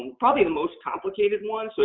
and probably the most complicated one. so,